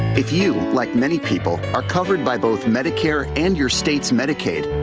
if you like many people are covered by both medicare and your state's medicaid,